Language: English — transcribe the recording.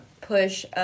push